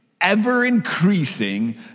ever-increasing